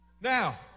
Now